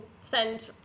send